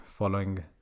following